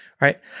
right